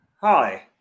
hi